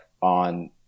on